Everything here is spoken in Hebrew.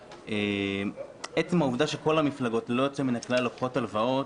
עצם העובדה שכל המפלגות ללא יוצא מן הכלל לוקחות הלוואות,